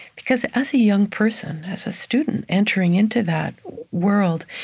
because as a young person, as a student entering into that world,